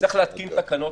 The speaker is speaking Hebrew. וצריך להתקין תקנות.